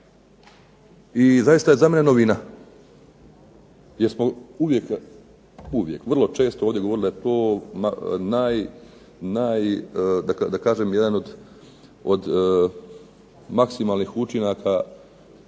i zaista je za mene novina jer smo uvijek, vrlo često ovdje govorili da je to naj, da kažem, jedan od maksimalnih učinaka